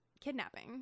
kidnapping